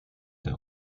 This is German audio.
der